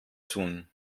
tun